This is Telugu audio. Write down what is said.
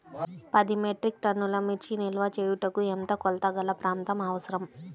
పది మెట్రిక్ టన్నుల మిర్చి నిల్వ చేయుటకు ఎంత కోలతగల ప్రాంతం అవసరం?